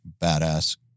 badass